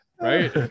right